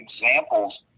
examples